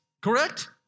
Correct